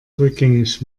rückgängig